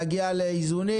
להגיע לאיזונים?